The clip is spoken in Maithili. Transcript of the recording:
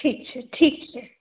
ठीक छै ठीक छै